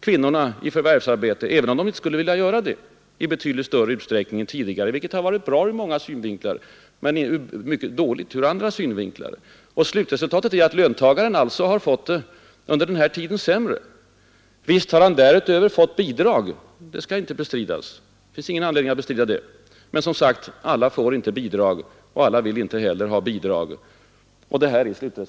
kvinnorna i förvärvsarbete, även om de inte skulle ha önskat detta, i betydligt större utsträckning än tidigare. Detta har varit bra ur många synvinklar men mycket dåligt ur andra. Slutresultatet är alltså att den enskilde löntagaren under denna tid har fått det sämre. Visst har han därutöver fått bidrag. Det finns ingen anledning att bestrida det. Men alla får som sagt inte bidrag och alla vill heller inte ha sådana.